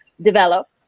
develop